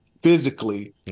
physically